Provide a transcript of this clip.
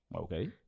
okay